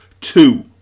Two